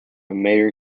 mayor